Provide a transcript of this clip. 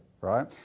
right